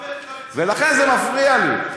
ולכן זה מפריע לי.